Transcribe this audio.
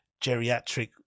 geriatric